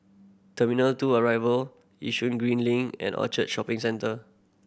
two Arrival Yishun Green Link and Orchard Shopping Centre